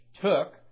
took